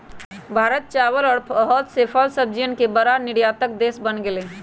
भारत चावल और बहुत से फल सब्जियन के बड़ा निर्यातक देश बन गेलय